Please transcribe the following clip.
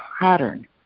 pattern